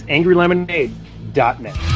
AngryLemonade.net